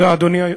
תודה, אדוני,